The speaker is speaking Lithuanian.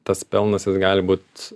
tas pelnas jis gali būt